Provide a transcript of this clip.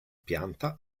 pianta